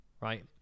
right